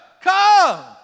come